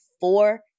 four